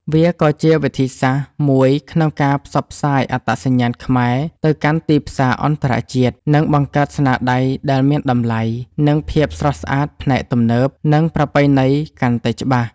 វាក៏ជាវិធីសាស្រ្តមួយក្នុងការផ្សព្វផ្សាយអត្តសញ្ញាណខ្មែរ ទៅកាន់ទីផ្សារអន្តរជាតិ និងបង្កើតស្នាដៃដែលមានតម្លៃ និងភាពស្រស់ស្អាតផ្នែកទំនើប និងប្រពៃណីកាន់តែច្បាស់។